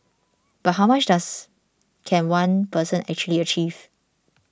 but how much does can one person actually achieve